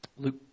Luke